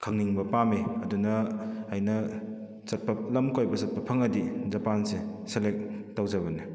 ꯈꯪꯅꯤꯡꯕ ꯄꯥꯝꯃꯤ ꯑꯗꯨꯅ ꯑꯩꯅ ꯆꯠꯄ ꯂꯝ ꯀꯣꯏꯕ ꯆꯠꯄ ꯐꯪꯂꯗꯤ ꯖꯄꯥꯟꯁꯦ ꯁꯦꯂꯦꯛ ꯇꯧꯖꯕꯅꯤ